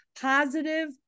positive